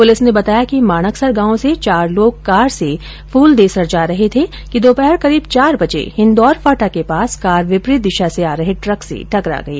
police ने बताया कि माणकसर गांव से चार लोग कार से फूलदेसर जा रहे थे कि दोपहर करीब चार बजे हिंदौर फांटा के पास कार विपरीत दिशा से आ रहे ट्रक से टकरा गई